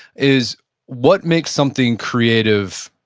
is what makes something creative,